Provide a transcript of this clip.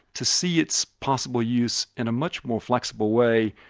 to see its possible use in a much more flexible way,